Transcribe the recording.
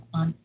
on